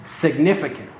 significant